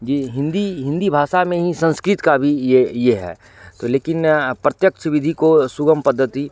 जी हिन्दी हिन्दी भाषा में ही संस्कृत का भी यह यह है लेकिन प्रत्यक्ष विधी को सुगम पद्धती